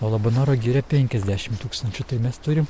o labanoro giria penkiasdešimt tūkstančių tai mes turim